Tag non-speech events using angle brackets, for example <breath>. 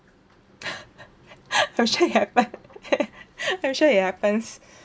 <laughs> I'm sure it happened <laughs> I'm sure it happens <breath>